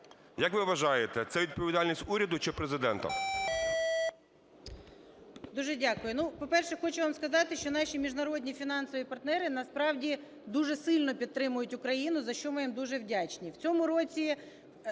Як ви вважаєте, це відповідальність уряду чи Президента? 10:46:40 МАРКАРОВА О.С. Дуже дякую. По-перше, хочу вам сказати, що наші міжнародні фінансові партнери, насправді, дуже сильно підтримують Україну, за що ми їм дуже вдячні.